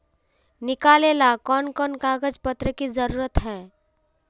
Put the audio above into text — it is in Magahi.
निकाले ला कोन कोन कागज पत्र की जरूरत है?